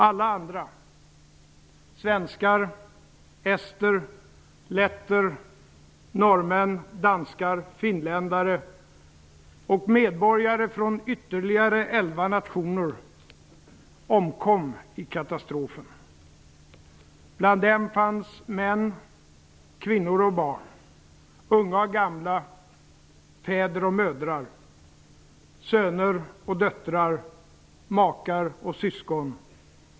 Alla andra - svenskar, ester, letter, norrmän, danskar, finländare och medborgare från ytterligare 11 nationer - omkom i katastrofen. Bland dem fanns män, kvinnor och barn, unga och gamla, fäder och mödrar, söner och döttrar, makar och syskon.